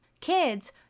Kids